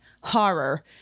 horror